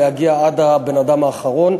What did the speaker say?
להגיע עד האדם האחרון.